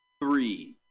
Three